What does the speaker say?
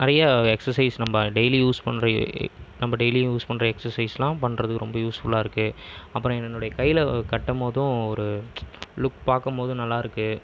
நிறையா எக்ஸசைஸ் நம்ம daily use பண்ணற நம்ம டெய்லி யூஸ் பண்ணற எக்ஸசைஸ்ல்லாம் பண்ணறதுக்கு ரொம்ப யூஸ்ஃபுல்லாயிருக்கு அப்புறம் இது என்னுடைய கையில் கட்டும்போதும் ஒரு லுக் பார்க்கும்போதும் நல்லாயிருக்கு